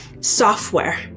software